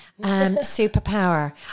Superpower